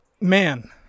man